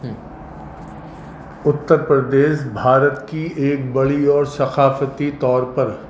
اتر پردیش بھارت کی ایک بڑی اور ثقافتی طور پر